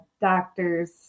Doctors